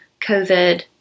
COVID